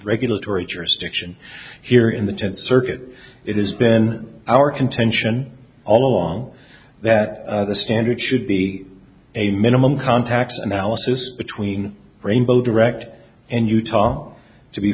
regulatory jurisdiction here in the tenth circuit it has been our contention all along that the standard should be a minimum contact analysis between rainbow direct and utah to be